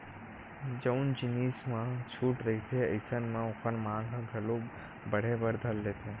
जउन जिनिस म छूट रहिथे अइसन म ओखर मांग ह घलो बड़हे बर धर लेथे